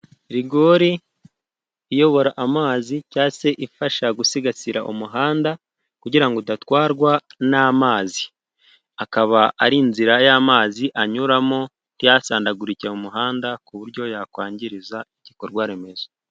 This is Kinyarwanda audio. Rigori iyobora amazi cyangwa se ifasha gusigasira umuhanda kugira ngo udatwarwa n'amazi. Akaba ari inzira y'amazi anyuramo ntasandagurike mu muhanda, ku buryo yakwangiza igikorwa remezo.